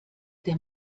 der